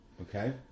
Okay